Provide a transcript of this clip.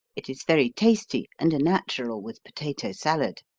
it is very tasty, and a natural with potato salad.